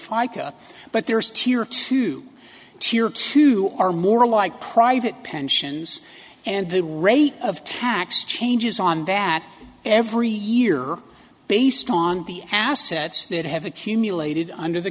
fica but there is tier two tier two or more like private pensions and the rate of tax changes on that every year based on the assets that have accumulated under the